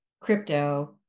crypto